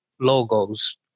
logos